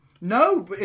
No